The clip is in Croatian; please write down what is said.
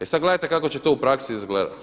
E sada gledajte kako će to u praksi izgledati.